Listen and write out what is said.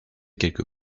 quelque